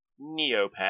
Neopet